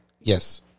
Yes